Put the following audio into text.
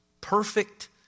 perfect